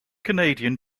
canadian